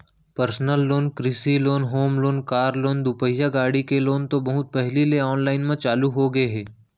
personal loan, कृषि loan, home loan, car loan, दुपहिया गाड़ी के लोन तो बहुत पहिली ले आनलाइन म चालू होगे हे